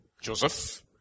Joseph